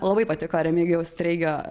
labai patiko remigijaus treigio